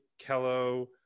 Kello